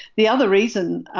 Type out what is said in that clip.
the other reason,